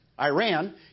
Iran